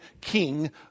king